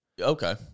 Okay